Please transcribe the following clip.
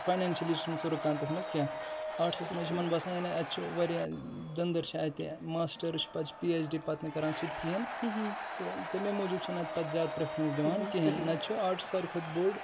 financially چھُنہٕ سُہ رُکان تتھ مَنٛز کینٛہہ آرٹسَس مَنٛز چھِ یِمن باسان یعنی اَتہِ چھِ واریاہ دٔنٛدٕر چھِ اَتہِ ماسٹٲرٕس چھِ پَتہٕ چھِ پی ایچ ڈی پَتہٕ نہٕ کَران سُہ تہِ کِہیٖنۍ تہٕ تَمے موٗجوٗب چھنہٕ اتھ پَتہٕ زیادٕ پرٛٮ۪فرٮ۪نٕس دِوان کِہیٖنۍ نَتہٕ چھُ آرٹس ساروٕے کھۄتہٕ بوٚڈ